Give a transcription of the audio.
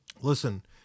Listen